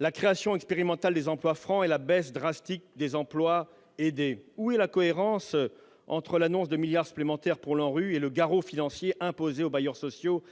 la création expérimentale des emplois francs et la baisse drastique des emplois aidés, où est la cohérence entre l'annonce 2 milliards supplémentaires pour l'ANRU et le garrot financier imposée aux bailleurs sociaux